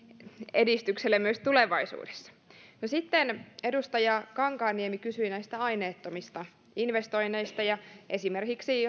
edistykselle myös tulevaisuudessa edustaja kankaanniemi kysyi näistä aineettomista investoinneista esimerkiksi